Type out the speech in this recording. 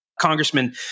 Congressman